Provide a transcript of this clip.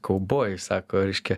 kaubojai sako reiškia